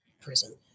prison